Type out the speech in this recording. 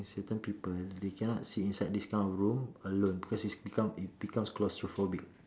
certain people they cannot sit inside this kind of room alone because it's become it becomes claustrophobic